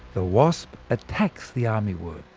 the wasp attacks the armyworm,